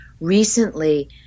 recently